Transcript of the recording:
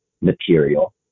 material